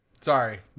sorry